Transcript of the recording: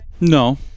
No